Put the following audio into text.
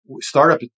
startup